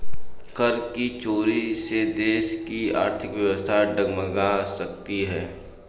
कर की चोरी से देश की आर्थिक व्यवस्था डगमगा सकती है